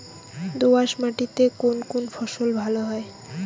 দোঁয়াশ মাটিতে কোন কোন ফসল ভালো হয়?